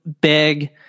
big